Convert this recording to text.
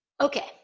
Okay